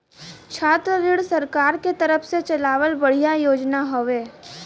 छात्र ऋण सरकार के तरफ से चलावल बढ़िया योजना हौवे